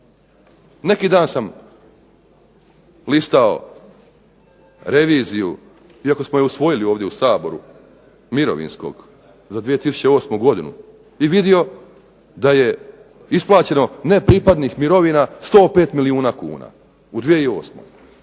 Neki dan sam listao reviziju iako smo je usvojili ovdje u Saboru mirovinskog za 2008. godinu i vidio da je isplaćeno ne pripadnih mirovina 105 milijuna kuna u 2008.